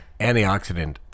antioxidant